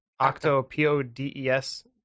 octo-p-o-d-e-s